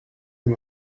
him